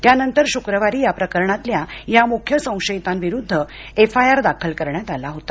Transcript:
त्यानंतर शुक्रवारी या प्रकरणातल्या या मुख्य संशयितांविरुद्ध एफआयआर दाखल करण्यात आला होता